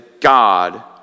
God